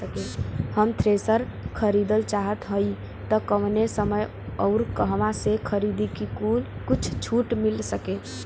हम थ्रेसर खरीदल चाहत हइं त कवने समय अउर कहवा से खरीदी की कुछ छूट मिल सके?